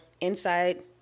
inside